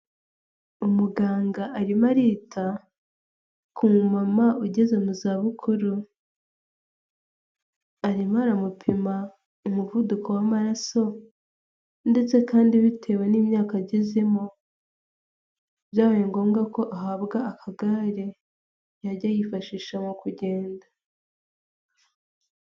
Umuganga arimo arita ku mumama ugeze mu zabukuru. Arimo ara amupima umuvuduko w'amaraso ndetse kandi bitewe n'imyaka agezemo, byabaye ngombwa ko ahabwa akagare yajya yifashisha mu kugenda.